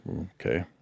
okay